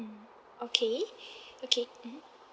mm okay okay mm